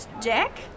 Jack